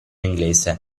inglese